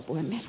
puhemies